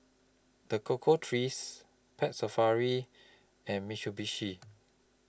The Cocoa Trees Pet Safari and Mitsubishi